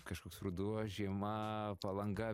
kažkoks ruduo žiema palanga